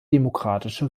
demokratische